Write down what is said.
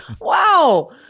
wow